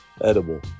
edible